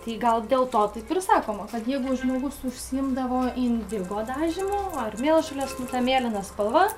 tai gal dėl to taip ir sakoma kad jeigu žmogus užsiimdavo indigo dažymu ar mėlžolės mėlyna spalva